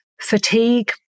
fatigue